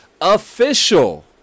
official